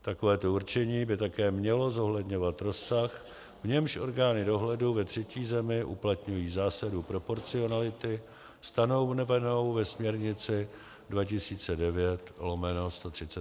Takovéto určení by také mělo zohledňovat rozsah, v němž orgány dohledu ve třetí zemi uplatňují zásadu proporcionality stanovenou ve směrnici 2009/138.